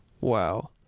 Wow